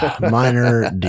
Minor